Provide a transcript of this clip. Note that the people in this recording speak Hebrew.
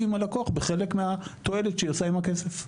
עם הלקוח בחלק מהתועלת שהיא עושה עם הכסף.